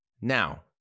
Now